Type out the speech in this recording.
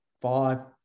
five